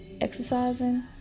exercising